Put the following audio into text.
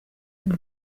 ngo